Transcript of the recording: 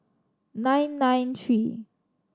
nine nine three